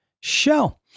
show